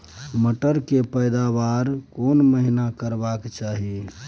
मटर के पैदावार केना महिना करबा के चाही?